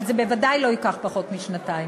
אבל זה בוודאי לא ייקח פחות משנתיים.